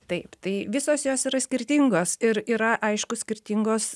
taip tai visos jos yra skirtingos ir yra aišku skirtingos